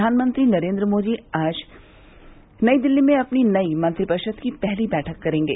प्रधानमंत्री नरेंद्र मोदी आज नई दिल्ली में अपनी नई मंत्रिपरिषद की पहली बैठक करेंगे